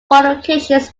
fortifications